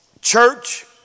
church